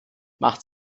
macht